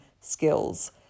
skills